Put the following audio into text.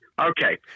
Okay